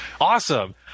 Awesome